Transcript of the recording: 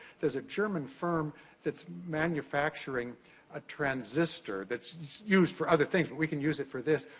there's a german firm that's manufacturing a transistor, that's used for other things, but we can use it for this.